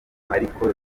ariko